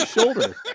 shoulder